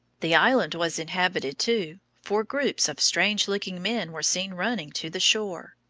the island was inhabited, too, for groups of strange-looking men were seen running to the shore.